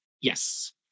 Yes